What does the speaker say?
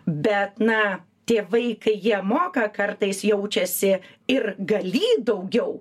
bet na tėvai kai jie moka kartais jaučiasi ir galį daugiau